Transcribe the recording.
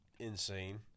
insane